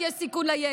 כי יש סיכון לילד.